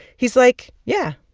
he's like, yeah,